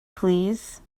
please